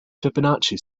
fibonacci